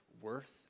worth